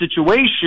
situation